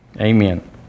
Amen